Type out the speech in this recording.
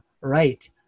Right